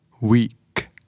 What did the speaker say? weak